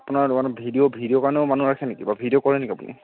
আপোনাৰ দোকানত video video কাৰণেও মানুহ ৰাখে নেকি বাৰু ভিডিঅ' কৰে নেকি আপুনি